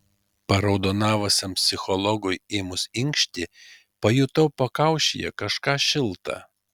paraudonavusiam psichologui ėmus inkšti pajutau pakaušyje kažką šilta